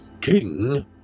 King